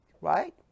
right